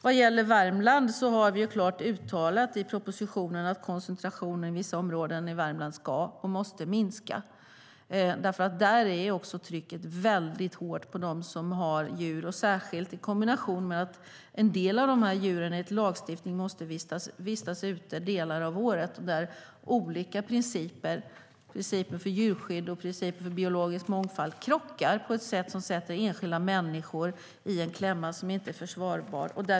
Vad gäller Värmland har vi klart uttalat i propositionen att koncentrationen i vissa områden ska och måste minska. Där är trycket väldigt hårt på dem som har djur, särskilt i kombination med att en del av djuren enligt lagstiftning måste vistas ute delar av året. Där krockar olika principer - principer för djurskydd och principer för biologisk mångfald - på ett sätt som sätter enskilda människor i en klämma som inte är försvarbar.